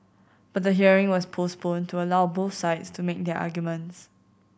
but the hearing was postponed to allow both sides to make their arguments